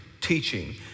teaching